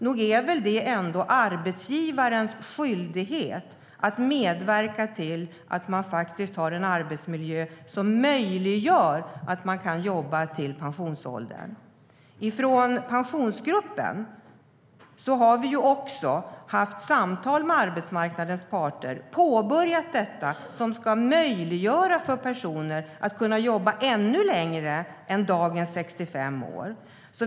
Nog är det väl ändå arbetsgivarens skyldighet att medverka till att arbetsmiljön möjliggör att man kan jobba till pensionsåldern.Från pensionsgruppen har vi också haft samtal med arbetsmarknadens parter och påbörjat detta som ska möjliggöra för personer att kunna jobba ännu längre än till dagens 65 år.